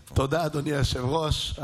תודה, אדוני היושב-ראש.